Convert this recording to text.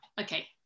okay